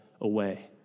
away